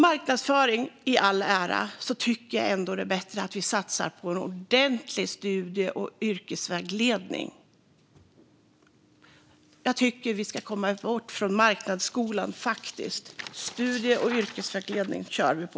Marknadsföring i all ära - jag tycker ändå att det är bättre att vi satsar på ordentlig studie och yrkesvägledning. Jag tycker faktiskt att vi ska ta oss bort från marknadsskolan. Studie och yrkesvägledning kör vi på!